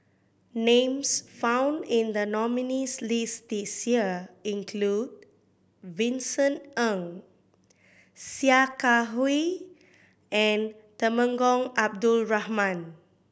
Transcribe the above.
names found in the nominees' list this year include Vincent Ng Sia Kah Hui and Temenggong Abdul Rahman